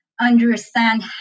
understand